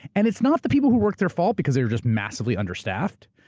and it's not the people who work there fault, because they are just massively understaffed.